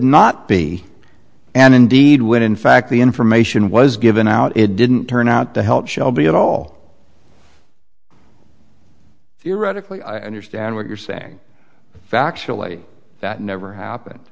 not be and indeed when in fact the information was given out it didn't turn out to help shelby at all theoretically i understand what you're saying factually that never happened